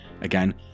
again